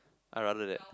I rather that